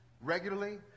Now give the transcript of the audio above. regularly